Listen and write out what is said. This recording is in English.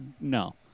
No